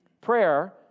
Prayer